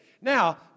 Now